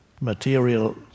material